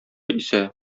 исә